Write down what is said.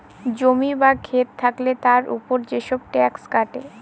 জমি বা খেত থাকলে তার উপর যেসব ট্যাক্স কাটে